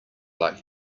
like